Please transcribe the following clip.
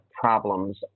problems